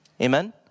Amen